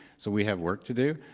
so we have work to do,